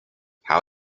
how